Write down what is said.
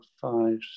five